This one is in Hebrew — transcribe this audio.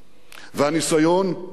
והניסיון ההיסטורי,